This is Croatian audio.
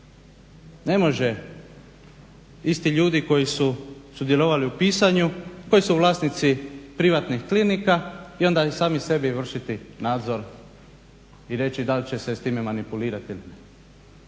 Ne može isti ljudi koji su sudjelovali u pisanju, koji su vlasnici privatnih klinika i onda sami sebi vršiti nadzor i reći da li će se s time manipulirati